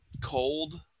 cold